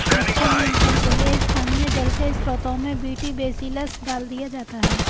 मच्छर नियंत्रण के लिए स्थानीय जल के स्त्रोतों में बी.टी बेसिलस डाल दिया जाता है